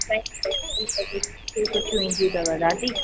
सुठियूं ईंदियूं अथव दादी